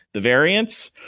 the variance,